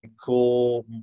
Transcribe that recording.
cool